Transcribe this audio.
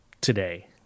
today